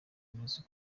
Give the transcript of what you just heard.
bimeze